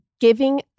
Giving